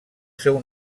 seu